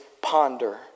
ponder